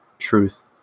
truth